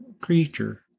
Creature